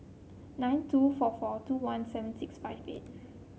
nine two four four two one seven six five eight